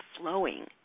flowing